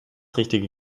richtige